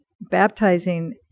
baptizing